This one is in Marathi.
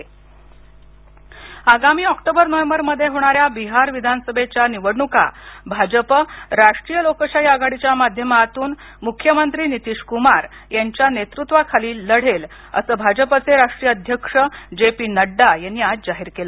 जे पी नड्डा आगामी ऑक्टोबर नोव्हेंबर मध्ये होणाऱ्या बिहार विधानसभेच्या निवडणुका भाजप राष्ट्रीय लोकशाही आघाडीच्या माध्यमातून मुख्यमंत्री नितीश कुमार यांच्या नेतृत्वाखाली लढेल असं भाजपचे राष्ट्रीय अध्यक्ष जे पी नड्डा यांनी आज जाहीर केलं